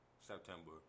September